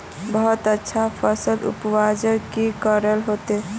बहुत अच्छा फसल उपजावेले की करे होते?